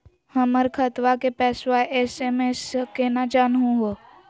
हमर खतवा के पैसवा एस.एम.एस स केना जानहु हो?